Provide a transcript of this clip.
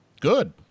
Good